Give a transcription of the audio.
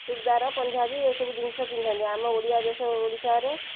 ଚୁ଼ଡ଼ଦାର ପଞ୍ଜାବୀ ଏ ସବୁ ଜିନିଷ ପିନ୍ଧନ୍ତି ଆମ ଓଡ଼ିଆ ଦେଶ ଓଡ଼ିଶାରେ